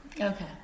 Okay